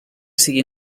sigui